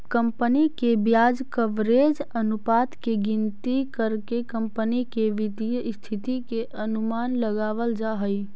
company के ब्याज coverage अनुपात के गिनती करके कंपनी के वित्तीय स्थिति के अनुमान लगावल जा हई